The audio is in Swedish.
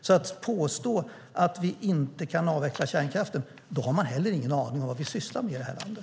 Om man påstår att vi inte kan avveckla kärnkraften har man alltså ingen aning om vad vi sysslar med i det här landet.